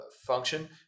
function